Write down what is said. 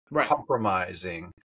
compromising